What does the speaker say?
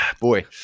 Boy